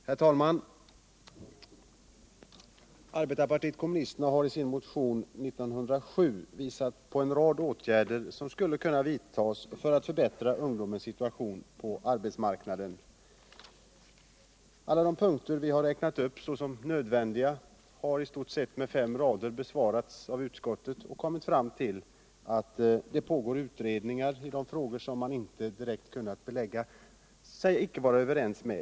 Herr talman! Arbetarpartiet kommunisterna har i sin motion 1907 visat på en rad åtgärder som skulle kunna vidtas för att förbättra ungdomens situation på arbetsmarknaden. Alla de punkter vi har räknat upp såsom nödvändiga har av utskottet besvarats med fem rader. Man har kommit fram till att det pågår utredningar i de frågor där man inte direkt har varit överens.